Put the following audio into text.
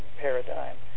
paradigm